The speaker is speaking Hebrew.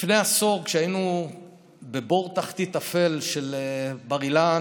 לפני עשור, כשהיינו בבור תחתית אפל של בר-אילן,